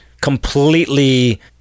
completely